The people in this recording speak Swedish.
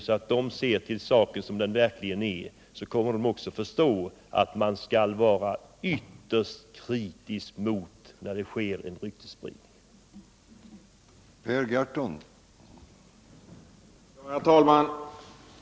Ser människorria saken som den verkligen är, kommer de också att förstå att man skall vara ytterst kritisk till en ryktesspridning.